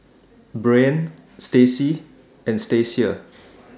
Breann Stacie and Stacia